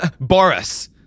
Boris